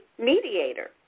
mediator